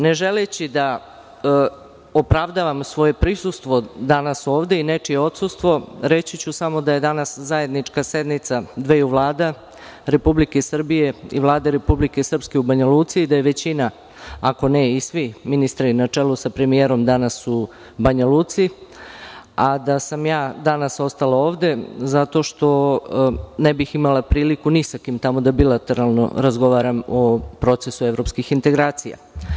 Ne želeći da opravdam svoje prisustvo danas ovde i nečije odsustvo, reći ću samo da je danas zajednička sednica dveju vlada – Republike Srbije i Vlade Republike Srpske u Banjaluci i da je većina, ako ne i svi, ministri, na čelu sa premijerom, danas u Banjaluci, a da sam ja danas ostala ovde zato što ne bih imala priliku ni sa kim tamo da bilateralno razgovaram o procesu evropskih integracija.